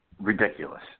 Ridiculous